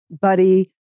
Buddy